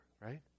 right